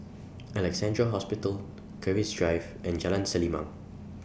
Alexandra Hospital Keris Drive and Jalan Selimang